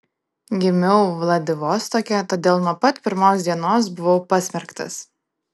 gimiau vladivostoke todėl nuo pat pirmos dienos buvau pasmerktas